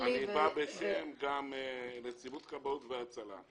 ו --- אני בא גם בשם נציבות כבאות והצלה.